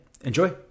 Enjoy